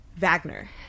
Wagner